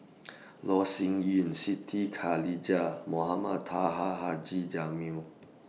Loh Sin Yun Siti Khalijah Mohamed Taha Haji Jamil